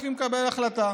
אני לא נגד ראש הממשלה.